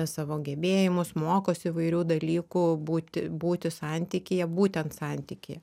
savo gebėjimus mokosi įvairių dalykų būti būti santykyje būtent santykyje